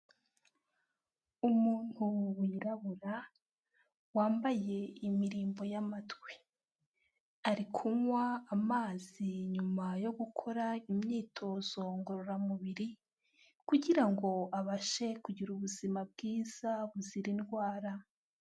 Umuntu wirabura, wambaye imirimbo y'amatwi, ari kunywa amazi nyuma yo gukora imyitozo ngororamubiri kugira ngo abashe kugira ubuzima bwiza buzira indwara.